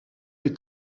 est